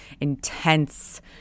intense